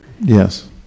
Yes